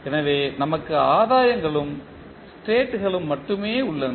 எனவே நமக்கு ஆதாயங்களும் ஸ்டேட்களும் மட்டுமே உள்ளன